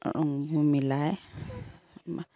ৰংবোৰ মিলাই